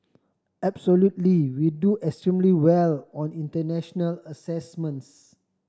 absolutely we do extremely well on international assessments